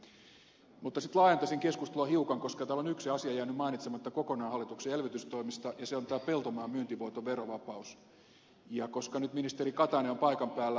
mutta sitten laajentaisin keskustelua hiukan koska täällä on yksi asia jäänyt mainitsematta kokonaan hallituksen elvytystoimista ja se on tämä peltomaan myyntivoiton verovapaus koska nyt ministeri katainen on paikan päällä